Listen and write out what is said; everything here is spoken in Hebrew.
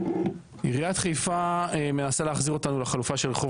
עיריית חיפה מנסה להחזיר אותנו לחלופה של רחוב